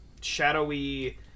shadowy